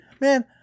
man